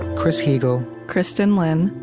chris heagle, kristin lin,